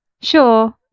sure